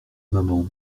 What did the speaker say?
maman